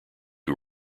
who